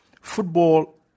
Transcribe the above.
Football